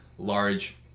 Large